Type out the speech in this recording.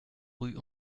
rue